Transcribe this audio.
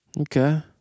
Okay